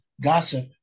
gossip